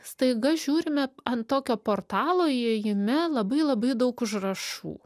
staiga žiūrime ant tokio portalo įėjime labai labai daug užrašų